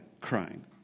crying